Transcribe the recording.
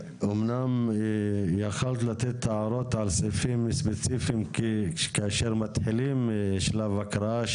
אומנם יכולת לתת הערות על סעיפים ספציפיים כאשר מתחילים שלב הקראה,